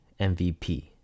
mvp